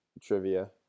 trivia